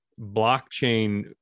blockchain